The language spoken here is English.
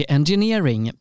Engineering